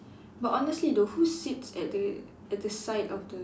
but honestly though who sits at the at the side of the